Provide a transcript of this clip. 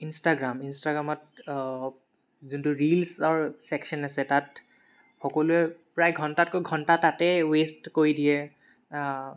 Instagram ইনষ্টাগ্ৰামত যোনটো ৰিলছৰ ছেকশ্য়ন আছে তাত সকলোৱে প্ৰায় ঘণ্টাতকৈ ঘণ্টা তাতে ৱে'ষ্ট কৰি দিয়ে